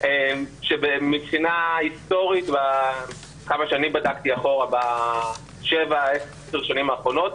כמה שאני בדקתי אחורה, בשבע, עשר שנים האחרונות